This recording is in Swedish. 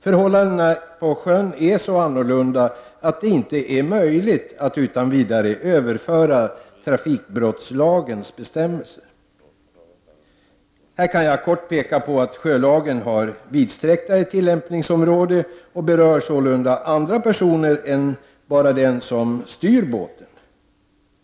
Förhållandena på sjön är så annorlunda att det inte är möjligt att utan vidare överföra trafikbrottslagens bestämmelser. Här kan jag kort peka på att sjölagen har ett mera vidsträckt tillämpningsområde och berör sålunda andra personer än bara den som styr båten.